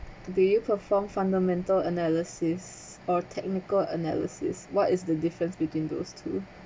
do you perform fundamental analysis or technical analysis what is the difference between those two